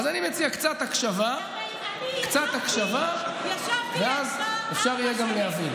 אז אני מציע: קצת הקשבה, ואז יהיה אפשר גם להבין.